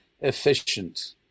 efficient